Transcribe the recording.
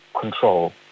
control